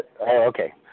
okay